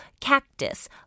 cactus